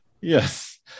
yes